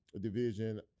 Division